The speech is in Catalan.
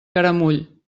caramull